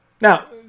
Now